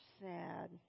sad